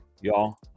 y'all